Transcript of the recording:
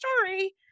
story